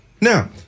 Now